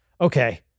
okay